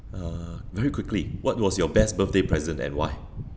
uh very quickly what was your best birthday present and why